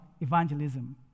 evangelism